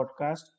podcast